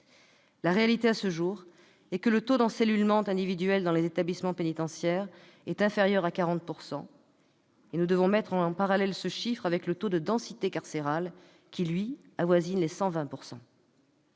La réalité, à ce jour, est que le taux d'encellulement individuel dans les établissements pénitentiaires est inférieur à 40 %. Nous devons mettre en parallèle ce chiffre avec le taux de densité carcérale qui, lui, avoisine 120 %.